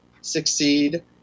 succeed